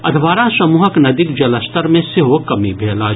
अधवारा समूहक नदीक जलस्तर मे सेहो कमी भेल अछि